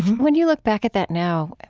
when you look back at that now,